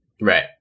Right